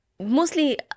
Mostly